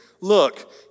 look